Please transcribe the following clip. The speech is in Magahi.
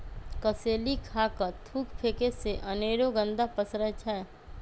कसेलि खा कऽ थूक फेके से अनेरो गंदा पसरै छै